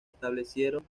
establecieron